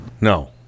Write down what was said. No